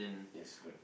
yes correct